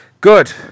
good